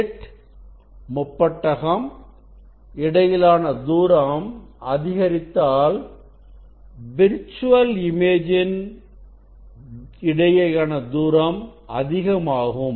slit முப்பட்டகம் இடையிலான தூரம் அதிகரித்தால் விர்ச்சுவல் இமேஜ் இன் இடையேயான தூரம் அதிகமாகும்